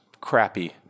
crappy